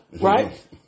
right